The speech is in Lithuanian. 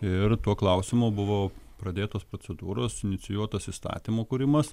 ir tuo klausimu buvo pradėtos procedūros inicijuotas įstatymo kūrimas